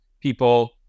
people